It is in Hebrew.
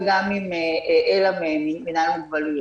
וגם עם אלה ממינהל המוגבלויות.